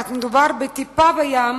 אך מדובר בטיפה בים.